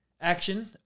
action